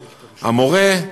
המורה,